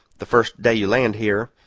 the first day you land here,